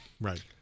Right